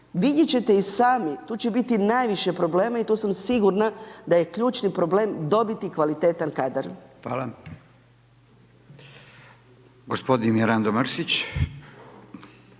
vidjet ćete i sami, tu će biti najviše problema i tu sam sigurna da je ključni problem dobiti kvalitetan kadar. **Radin, Furio